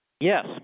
Yes